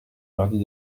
mardi